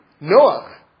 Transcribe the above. Noah